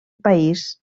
país